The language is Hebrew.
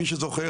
מי שזוכר,